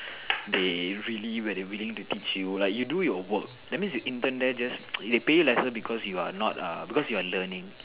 they really where they willing to teach you like you do your work that means you intern there just they pay you lesser because you are not uh because you are learning